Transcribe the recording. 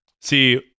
see